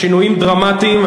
השינויים דרמטיים.